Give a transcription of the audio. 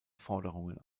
forderungen